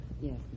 Yes